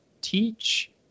teach